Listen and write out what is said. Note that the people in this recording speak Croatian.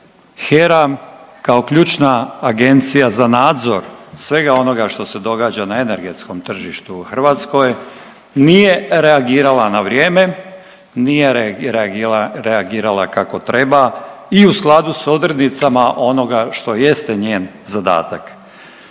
HERA kao ključna agencija za nadzor svega onoga što se događa na energetskom tržištu u Hrvatskoj nije reagirala na vrijeme, nije reagirala kako treba i u skladu s odrednicama onoga što jeste njen zadatak.